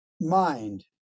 mind